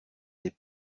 des